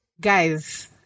Guys